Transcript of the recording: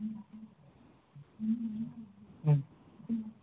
ಹ್ಞೂ